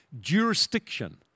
jurisdiction